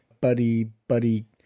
buddy-buddy